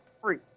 free